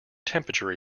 temperature